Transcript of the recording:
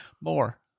More